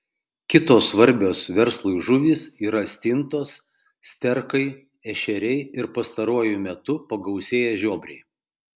kitos svarbios verslui žuvys yra stintos sterkai ešeriai ir pastaruoju metu pagausėję žiobriai